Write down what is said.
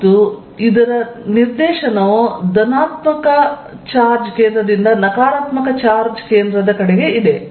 ಮತ್ತು ಇದು ನಿರ್ದೇಶನವು ಧನಾತ್ಮಕ ಚಾರ್ಜ್ ಕೇಂದ್ರದಿಂದ ನಕಾರಾತ್ಮಕ ಚಾರ್ಜ್ ಕೇಂದ್ರದ ಕಡೆಗೆ ಇದೆ